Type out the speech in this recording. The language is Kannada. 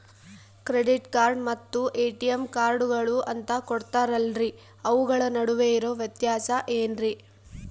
ಕ್ರೆಡಿಟ್ ಕಾರ್ಡ್ ಮತ್ತ ಎ.ಟಿ.ಎಂ ಕಾರ್ಡುಗಳು ಅಂತಾ ಕೊಡುತ್ತಾರಲ್ರಿ ಅವುಗಳ ನಡುವೆ ಇರೋ ವ್ಯತ್ಯಾಸ ಏನ್ರಿ?